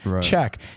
check